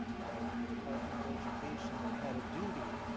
of the department of education that had a duty